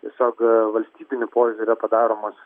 tiesiog valstybiniu požiūriu yra padaromos